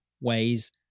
ways